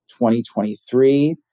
2023